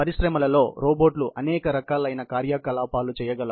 పరిశ్రమలలో మీకు తెలిసిన రోబోట్లు అనేక రకాలైన కార్యకలాపాలు చేయగలవు